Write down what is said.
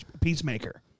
Peacemaker